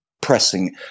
pressing